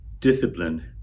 discipline